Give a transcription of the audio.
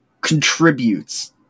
contributes